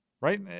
Right